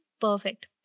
perfect